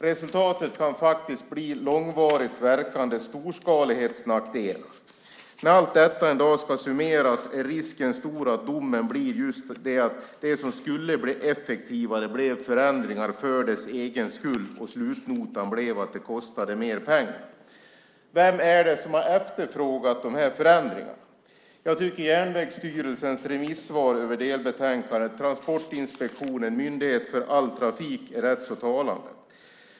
Resultatet kan bli långvarigt verkande storskalighetsnackdelar. När allt detta en dag ska summeras är risken stor att domen blir att det som skulle bli effektivare blev förändringar för förändringarnas egen skull. Och slutnotan blev högre; det kostade mer pengar. Vem har efterfrågat dessa förändringar? Järnvägsstyrelsens remissvar över delbetänkandet Transportinspektionen - en myndighet för all trafik är rätt så talande.